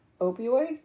opioid